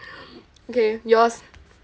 okay yours